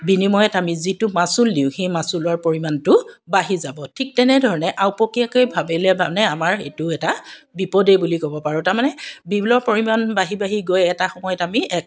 বিনিময়ত আমি যিটো মাচুল দিওঁ সেই মাছুলৰ পৰিমাণটো বাঢ়ি যাব ঠিক তেনেধৰণে আওপকীয়াকৈ ভাবিলে মানে আমাৰ এইটো এটা বিপদেই বুলি ক'ব পাৰোঁ তাৰমানে বিলৰ পৰিমাণ বাঢ়ি বাঢ়ি গৈ এটা সময়ত আমি এক